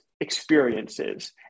experiences